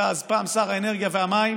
הוא היה אז סגן שר האנרגיה והמים: